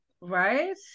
Right